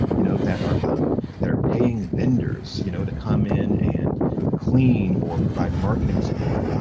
you know, that are um that are paying vendors, you know, to come in and clean or provide marketing support.